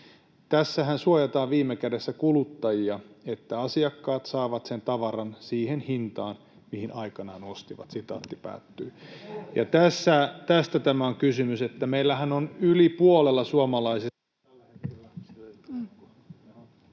”Tässähän suojataan viime kädessä kuluttajia, että asiakkaat saavat sen tavaran siihen hintaan, mihin aikanaan ostivat.” [Mika Niikko: Entäs ne uudet asiakkaat?] Tästä tässä on kysymys, että meillähän on yli puolella suomalaisista